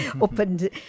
opened